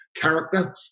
character